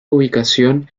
ubicación